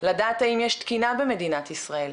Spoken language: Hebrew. לדעת האם יש תקינה במדינת ישראל,